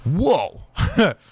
Whoa